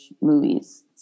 movies